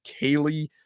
Kaylee